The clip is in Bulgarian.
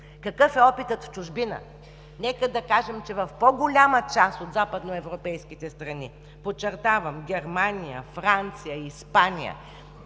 Какъв е опитът в чужбина? Нека да кажем, че в по-голямата част от западноевропейските страни, подчертавам – Германия, Франция, Испания,